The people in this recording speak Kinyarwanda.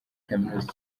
kaminuza